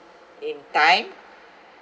in time